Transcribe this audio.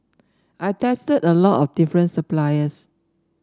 I tested a lot of different suppliers